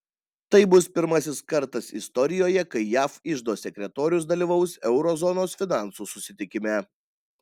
tai bus pirmasis kartas istorijoje kai jav iždo sekretorius dalyvaus euro zonos finansų susitikime